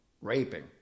raping